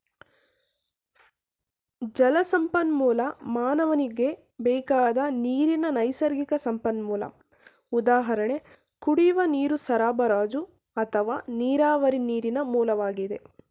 ಜಲಸಂಪನ್ಮೂಲ ಮಾನವನಿಗೆ ಬೇಕಾದ ನೀರಿನ ನೈಸರ್ಗಿಕ ಸಂಪನ್ಮೂಲ ಉದಾಹರಣೆ ಕುಡಿಯುವ ನೀರು ಸರಬರಾಜು ಅಥವಾ ನೀರಾವರಿ ನೀರಿನ ಮೂಲವಾಗಿ